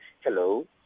hello